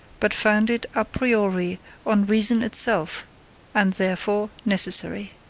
but founded a priori on reason itself and therefore necessary.